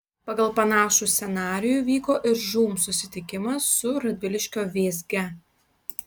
pagal panašų scenarijų vyko ir žūm susitikimas su radviliškio vėzge